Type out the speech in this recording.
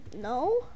no